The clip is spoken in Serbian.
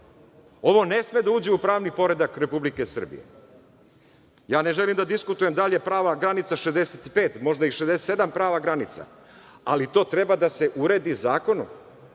ne sme da uđe u pravni poredak Republike Srbije. Ja ne želim da diskutujem da li je prava granica 65, možda je i 67 prava granica, ali to treba da se uredi zakonom